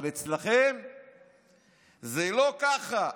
אבל אצלכם זה לא ככה.